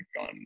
on